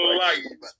life